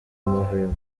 amahwemo